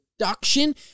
Reduction